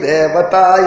Devata